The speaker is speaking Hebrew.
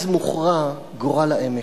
אז מוכרע גורל העמק.